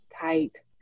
tight